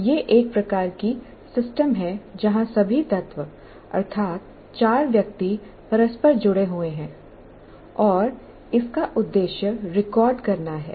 यह एक प्रकार की सिस्टम है जहां सभी तत्व अर्थात् चार व्यक्ति परस्पर जुड़े हुए हैं और इसका उद्देश्य रिकॉर्ड करना है